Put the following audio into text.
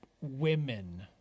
women